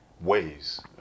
ways